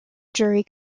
jury